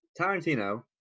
tarantino